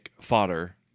fodder